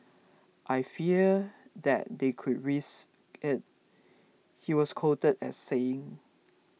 I fear that they could risk it he was quoted as saying